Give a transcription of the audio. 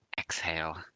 exhale